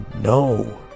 no